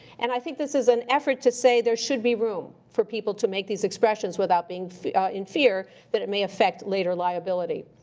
and i think this is an effort to say, there should be room for people to make these expressions without being in fear that it may affect later liability.